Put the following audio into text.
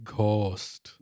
Ghost